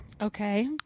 Okay